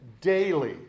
daily